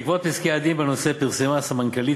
1 2. בעקבות פסקי-הדין בנושא פרסמה הסמנכ"לית